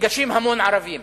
ניגשים המון ערבים.